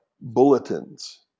bulletins